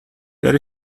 there